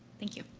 thank you.